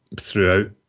throughout